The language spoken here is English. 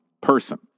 person